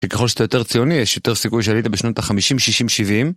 שככל שאתה יותר ציוני, יש יותר סיכוי שעלית בשנות החמישים, שישים, שבעים.